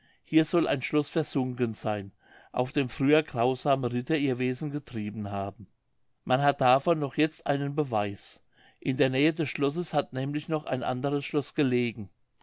hier soll ein schloß versunken seyn auf dem früher grausame ritter ihr wesen getrieben haben man hat davon noch jetzt einen beweis in der nähe des schlosses hat nämlich noch ein anderes schloß gelegen